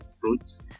fruits